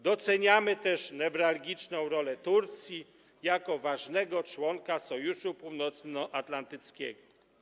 Doceniamy też newralgiczną rolę Turcji jako ważnego członka Sojuszu Północnoatlantyckiego.